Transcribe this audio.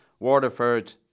Waterford